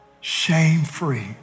shame-free